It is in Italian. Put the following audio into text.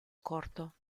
corto